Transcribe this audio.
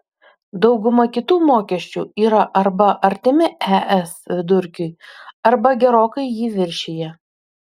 dauguma kitų mokesčių yra arba artimi es vidurkiui arba gerokai jį viršija